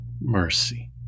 Mercy